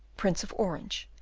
prince of orange,